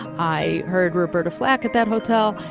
i heard roberta flack at that hotel.